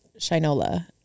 Shinola